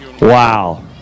Wow